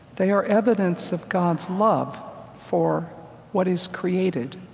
they are evidence of god's love for what is created.